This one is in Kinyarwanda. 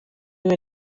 rwa